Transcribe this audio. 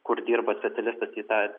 kur dirba specialistas į tą